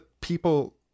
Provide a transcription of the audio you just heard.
people